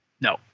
No